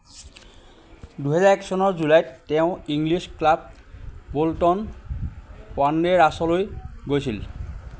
দুহেজাৰ এক চনৰ জুলাইত তেওঁ ইংলিছ ক্লাব বোল্টন ৱাণ্ডেৰাৰ্ছলৈ গৈছিল